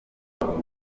inyigo